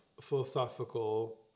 philosophical